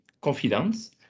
confidence